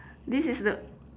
this is the